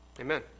Amen